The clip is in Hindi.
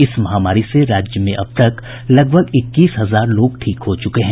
इस महामारी से राज्य में अब तक लगभग इक्कीस हजार लोग ठीक हो चुके हैं